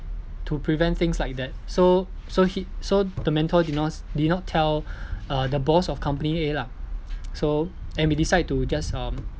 to prevent things like that so so he so the mentor did not did not tell uh the boss of company A lah so and we decide to just um